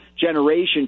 generation